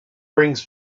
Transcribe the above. brings